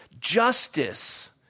Justice